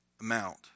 amount